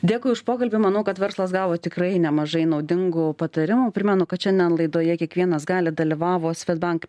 dėkui už pokalbį manau kad verslas gavo tikrai nemažai naudingų patarimų primenu kad šiandien laidoje kiekvienas gali dalyvavo svedbank